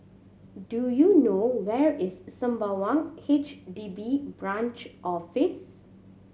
do you know where is Sembawang H D B Branch Office